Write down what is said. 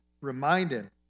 reminded